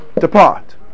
depart